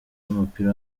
w’umupira